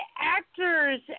actors